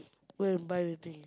go and buy the thing